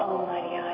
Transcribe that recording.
Almighty